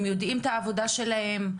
הם יודעים את העבודה שלהם?